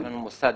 היה לנו מוסד,